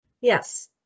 Yes